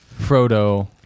Frodo